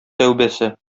тәүбәсе